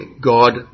God